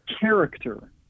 Character